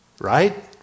Right